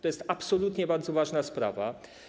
To jest absolutnie bardzo ważna sprawa.